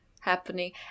happening